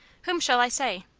whom shall i say?